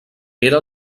era